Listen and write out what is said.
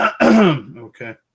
Okay